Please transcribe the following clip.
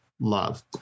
love